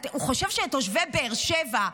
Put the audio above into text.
הוא חושב שלתושבי באר שבע,